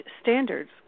standards